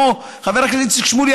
חבר הכנסת איציק שמולי,